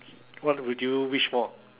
what would you wish for